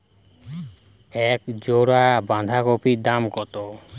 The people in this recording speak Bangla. এক জোড়া বাঁধাকপির দাম কত?